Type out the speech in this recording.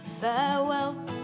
farewell